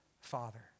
father